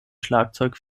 schlagzeug